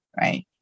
Right